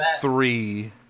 three